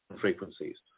frequencies